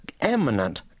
eminent